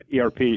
ERP